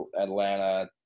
Atlanta